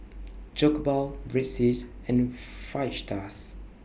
Jokbal Breadsticks and Fajitas